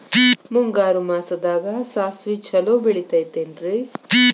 ಮುಂಗಾರು ಮಾಸದಾಗ ಸಾಸ್ವಿ ಛಲೋ ಬೆಳಿತೈತೇನ್ರಿ?